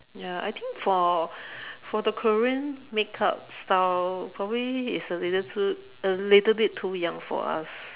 ya I think for for the Korean makeup style probably it's a little too a little bit too young for us